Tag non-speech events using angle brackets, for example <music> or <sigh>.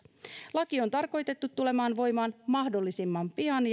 laki on tarkoitettu tulemaan voimaan mahdollisimman pian <unintelligible>